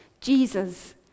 Jesus